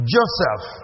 Joseph